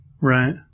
Right